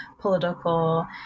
political